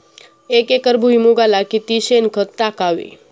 एक एकर भुईमुगाला किती शेणखत टाकावे?